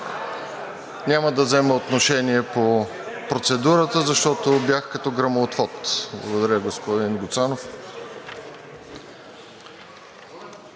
Няма да взема отношение по процедурата, защото бях като гръмоотвод. Благодаря. Господин Гуцанов,